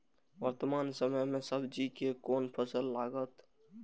वर्तमान समय में सब्जी के कोन फसल लागत?